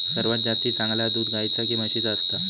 सर्वात जास्ती चांगला दूध गाईचा की म्हशीचा असता?